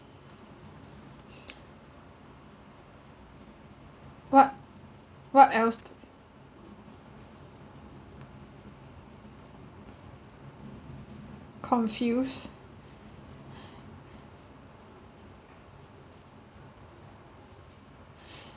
what what else confuse